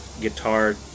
guitar